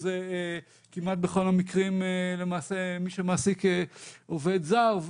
זה כמעט בכל המקרים למעשה מי שמעסיק עובד זר,